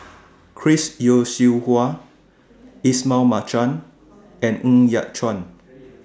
Chris Yeo Siew Hua Ismail Marjan and Ng Yat Chuan